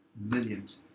millions